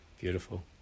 beautiful